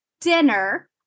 dinner